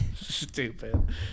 Stupid